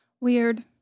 Weird